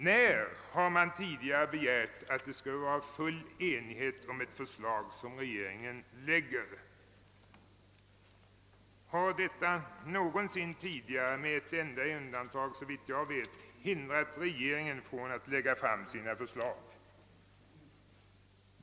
När har man tidigare begärt full enighet om ett förslag som regeringen lägger fram? Har detta någonsin tidigare — med såvitt jag vet ett enda undantag — hindrat regeringen från att lägga fram sina förslag?